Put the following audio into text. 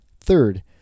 Third